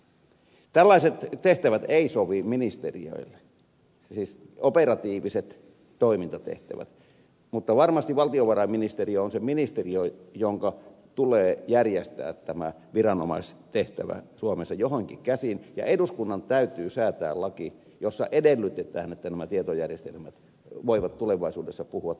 tällaiset tehtävät eivät sovi ministeriöille siis operatiiviset toimintatehtävät mutta varmasti valtiovarainministeriö on se ministeriö jonka tulee järjestää tämä viranomaistehtävä suomessa joihinkin käsiin ja eduskunnan täytyy säätää laki jossa edellytetään että nämä tietojärjestelmät voivat tulevaisuudessa puhua toistensa kanssa